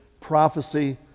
prophecy